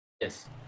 Yes